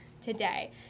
today